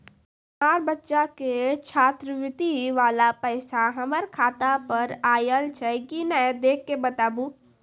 हमार बच्चा के छात्रवृत्ति वाला पैसा हमर खाता पर आयल छै कि नैय देख के बताबू?